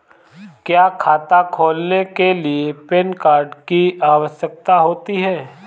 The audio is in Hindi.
क्या खाता खोलने के लिए पैन कार्ड की आवश्यकता होती है?